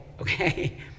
okay